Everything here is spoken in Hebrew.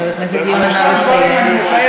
חבר הכנסת יונה, נא לסיים.